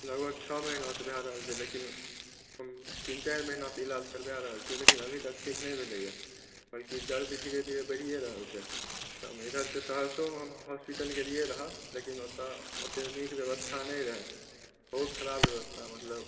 लगभग छओ महिना सॅं भय रहल छै लेकिन तीन चारि महिना सॅं इलाज करबा रहल छियै लेकिन ठीक नहि भेलै हन जबकि दर्द धीरे धीरे बढ़िये रहल छै इधर से सहरसोमे हॉस्पिटल गेलियै रहय लेकिन ओतय नीक व्यवस्था नहि रहै बहुत खराब व्यवस्था मतलब